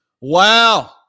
wow